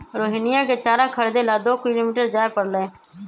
रोहिणीया के चारा खरीदे ला दो किलोमीटर जाय पड़लय